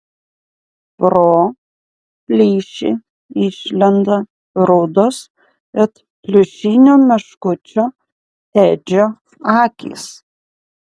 pro plyšį išlenda rudos it pliušinio meškučio edžio akys